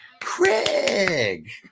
Craig